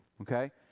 okay